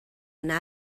yna